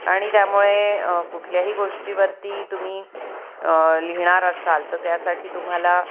आणि त्यामुळे कुठल्याही गोष्टीवरती तुम्ही लिहिणार असाल तर त्यासाठी तुम्हाला